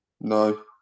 no